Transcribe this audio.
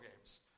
games